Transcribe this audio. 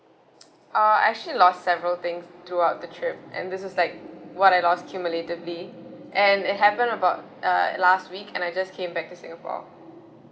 uh I actually lost several things throughout the trip and this is like what I lost cumulatedly and it happen about uh last week and I just came back to singapore